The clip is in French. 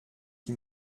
qui